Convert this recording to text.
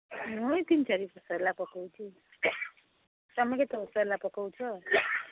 ମୁଁ ଏଇ ତିନ ଚାରି ବର୍ଷ ହେଳା ପକାଉଛି ତୁମେ କେତେ ବର୍ଷ ହେଲା ପକାଉଛ